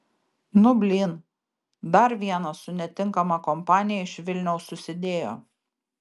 nu blyn dar vienas su netinkama kompanija iš vilniaus susidėjo